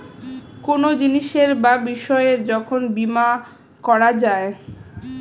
কোনো জিনিসের বা বিষয়ের যখন বীমা করা যায়